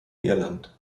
irland